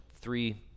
Three